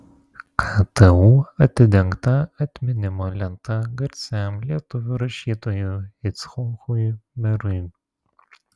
ktu atidengta atminimo lenta garsiam lietuvių rašytojui icchokui merui